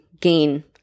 gain